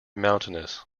mountainous